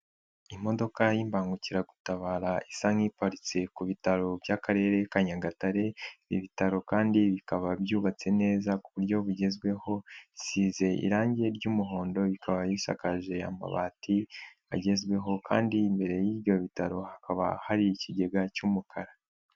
Imodoka y'Imbangukiragutabara isa nk'iparitse ku bitaro by'Akarere ka Nyagatare, ibi bitaro kandi bikaba byubatse neza ku buryo bugezweho, bisize irangi ry'umuhondo, bikaba bisakaje amabati agezweho kandi imbere y'ibyo bitaro hakaba hari ikigega cy'umukara.